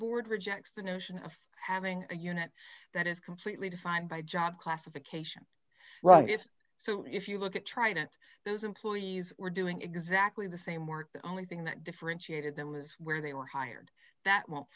board rejects the notion of having a unit that is completely defined by job classification right so if you look at trident those employees were doing exactly the same work the only thing that differentiated them is where they were hired that w